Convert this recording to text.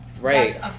right